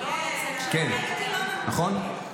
נכון?